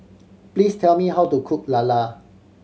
please tell me how to cook lala